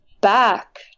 back